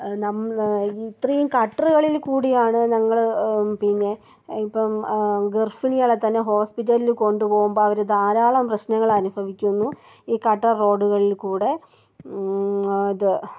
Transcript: നമ് ഇത്രയും കട്ടറുകളിൽ കൂടിയാണ് ഞങ്ങൾ പിന്നെ ഇപ്പം ഗർഭിണികളെ തന്നെ ഹോസ്പിറ്റലിൽ കൊണ്ട് പോകുമ്പോൾ അവർ ധാരാളം പ്രശ്നങ്ങൾ അനുഭവിക്കുന്നു ഈ കട്ട റോഡുകളിൽ കൂടെ ഇത്